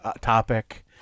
topic